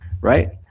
right